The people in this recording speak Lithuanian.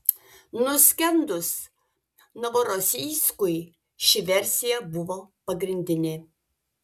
nuskendus novorosijskui ši versija buvo pagrindinė